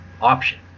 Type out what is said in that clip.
option